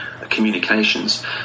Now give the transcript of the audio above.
communications